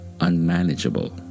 unmanageable